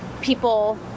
people